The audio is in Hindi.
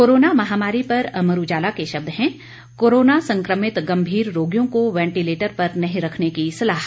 कोरोना महामारी पर अमर उजाला के शब्द हैं कोरोना संक्रमित गंभीर रोगियों को वेटिलेटर पर नहीं रखने की सलाह